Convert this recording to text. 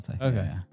Okay